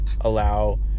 allow